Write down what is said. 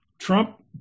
Trump